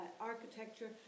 architecture